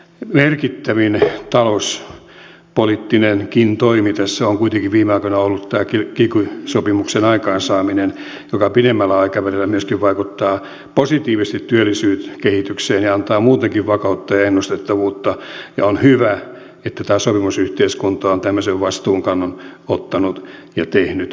merkittävin talouspoliittinenkin toimi tässä on kuitenkin viime aikoina ollut tämä kiky sopimuksen aikaansaaminen joka pidemmällä aikavälillä myöskin vaikuttaa positiivisesti työllisyyskehitykseen ja antaa muutenkin vakautta ja ennustettavuutta ja on hyvä että tämä sopimusyhteiskunta on tämmöisen vastuunkannon ottanut ja tehnyt näitä ratkaisuja